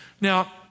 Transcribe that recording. Now